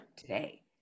today